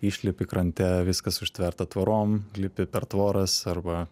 išlipi krante viskas užtverta tvorom lipi per tvoras arba